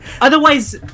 Otherwise